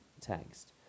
text